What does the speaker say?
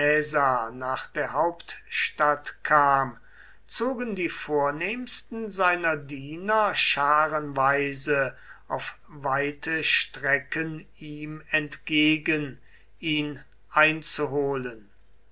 nach der hauptstadt kam zogen die vornehmsten seiner diener scharenweise auf weite strecken ihm entgegen ihn einzuholen